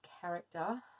character